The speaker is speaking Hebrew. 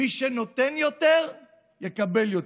מי שנותן יותר יקבל יותר.